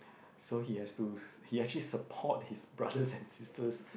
so he has to he actually support his brothers and sisters